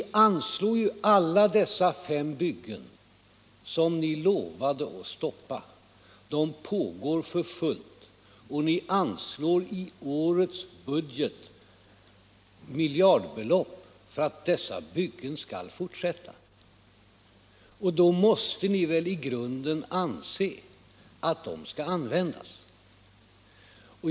Men alla de fem reaktorbyggen som ni lovade att stoppa pågår för fullt, och ni anslår i årets budget miljardbelopp för att dessa byggen skall fortsätta. Då måste ni väl i grunden också anse att de skall användas.